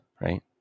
right